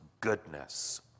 goodness